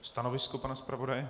Stanovisko pana zpravodaje?